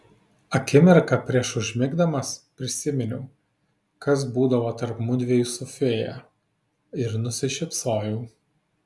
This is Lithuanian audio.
akimirką prieš užmigdamas prisiminiau kas būdavo tarp mudviejų su fėja ir nusišypsojau